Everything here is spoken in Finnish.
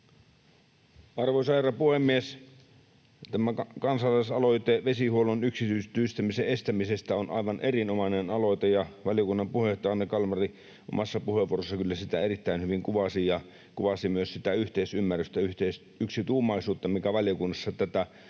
Arvoisa puhemies! Tämä kansalaisaloite vesihuollon yksityistämisen estämisestä on aivan erinomainen aloite, ja valiokunnan puheenjohtaja Anne Kalmari omassa puheenvuorossaan kyllä sitä erittäin hyvin kuvasi ja kuvasi myös sitä yhteisymmärrystä, yksituumaisuutta, mikä valiokunnassa tätä aloitetta